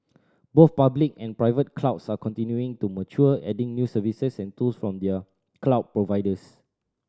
both public and private clouds are continuing to mature adding new services and tools from their cloud providers